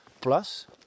Plus